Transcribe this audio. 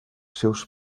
seus